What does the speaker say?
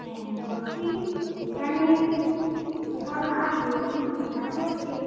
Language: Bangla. হ্যাঁ হ্যাঁ বলছি এখানে উপকরণ আছে কিন্তু ব্যাপারটা হচ্ছে